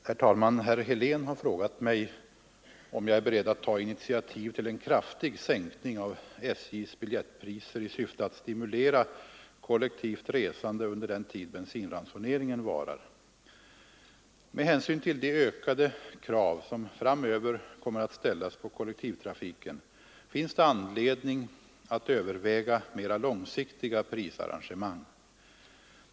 Herr talman! Herr Helén har frågat mig om jag är beredd att ta initiativ till en kraftig sänkning av SJ:s biljettpriser i syfte att stimulera kollektivt resande under den tid bensinransoneringen varar. Med hänsyn till de ökade krav som framöver kommer att ställas på kollektivtrafiken finns det anledning att överväga mera långsiktiga prisarrangemang.